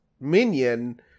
minion